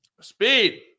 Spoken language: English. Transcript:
speed